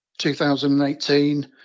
2018